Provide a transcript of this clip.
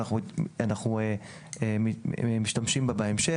ואנחנו משתמשים בה בהמשך.